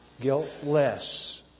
guiltless